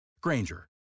Granger